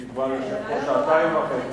אני כבר יושב פה שעתיים וחצי,